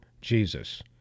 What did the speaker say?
Jesus